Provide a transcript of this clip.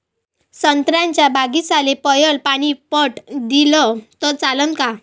संत्र्याच्या बागीचाले पयलं पानी पट दिलं त चालन का?